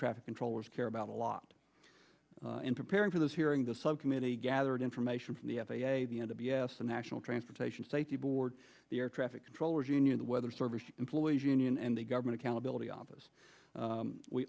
traffic controllers care about a lot in preparing for this hearing the subcommittee gathered information from the f a a the end of b s the national transportation safety board the air traffic controllers union the weather service employees union and the government accountability office